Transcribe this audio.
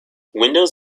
windows